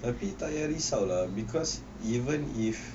tapi tak payah risau lah even if